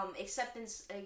acceptance